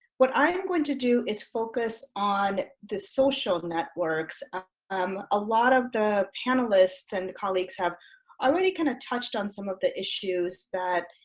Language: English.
what i'm going to do is focus on the social networks um a lot of the panelists and colleagues have already kind of touched on some of the issues that